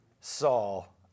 Saul